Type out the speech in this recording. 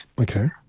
Okay